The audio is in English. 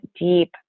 deep